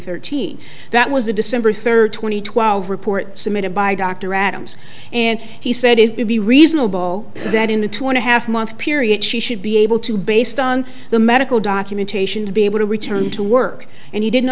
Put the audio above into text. thirteen that was a december third two thousand and twelve report submitted by dr adams and he said it would be reasonable that in a two and a half month period she should be able to based on the medical documentation to be able to return to work and he didn't